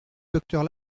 docteur